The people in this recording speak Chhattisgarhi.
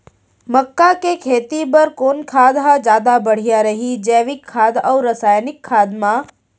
मक्का के खेती बर कोन खाद ह जादा बढ़िया रही, जैविक खाद अऊ रसायनिक खाद मा?